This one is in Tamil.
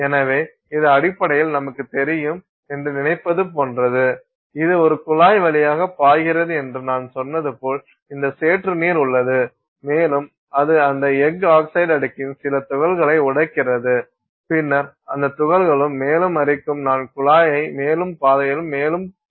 எனவே இது அடிப்படையில் நமக்கு தெரியும் என்று நினைப்பது போன்றது இது ஒரு குழாய் வழியாக பாய்கிறது என்று நான் சொன்னது போல இந்த சேற்று நீர் உள்ளது மேலும் அது அந்த எஃகு ஆக்ஸைடு அடுக்கின் சில துகள்களை உடைக்கிறது பின்னர் அந்த துகள்களும் மேலும் அரிக்கும் நான் குழாயை மேலும் பாதையில் மேலும் பதிக்கிறேன்